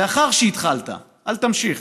לאחר שהתחלת, אל תמשיך.